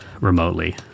remotely